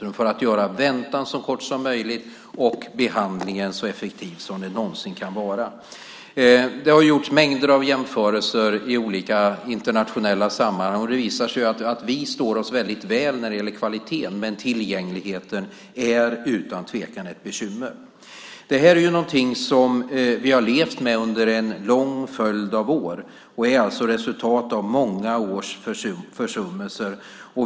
Det handlar om att göra väntan så kort som möjligt och behandling som så effektiv som den någonsin kan vara. Det har gjorts mängder av jämförelser i olika internationella sammanhang. Det visar sig att vi står oss väldigt väl när det gäller kvaliteten, men tillgängligheten är utan tvekan ett bekymmer. Detta är någonting som vi har levt med under en lång följd av år. Det är alltså ett resultat av många års försummelser.